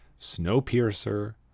Snowpiercer